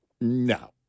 no